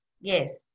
Yes